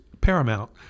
paramount